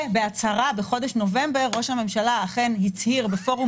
ובהצהרה בחודש נובמבר ראש הממשלה אכן הצהיר בפורום